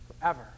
forever